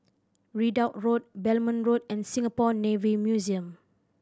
Ridout Road Belmont Road and Singapore Navy Museum